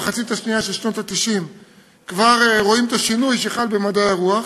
במחצית השנייה של שנות ה-90 כבר רואים את השינוי שחל בתחום מדעי הרוח,